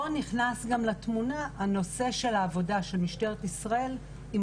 פה נכנס גם לתמונה הנושא של העבודה של משטרת ישראל עם